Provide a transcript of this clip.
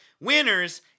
winners